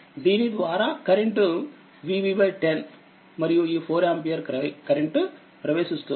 దీని ద్వారాకరెంట్Vb10 మరియు ఈ4ఆంపియర్ కరెంట్ ప్రవేశిస్తుంది